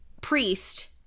Priest